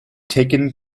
taken